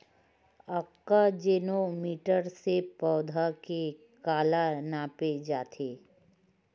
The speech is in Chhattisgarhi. आकजेनो मीटर से पौधा के काला नापे जाथे?